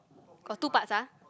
got two parts ah